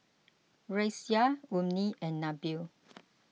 Raisya Ummi and Nabil